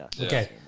Okay